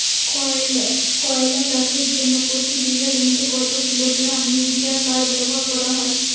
করলা চাষের জন্য প্রতি বিঘা জমিতে কত কিলোগ্রাম ইউরিয়া সার ব্যবহার করা হয়?